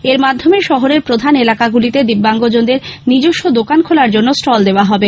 এর মাধ্যমে শহরের প্রধান এলাকাগুলিতে দিব্যাঙ্গজনদের নিজস্ব দোকান খোলার জন্য স্টল দেওয়া হবে